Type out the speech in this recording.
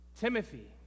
Timothy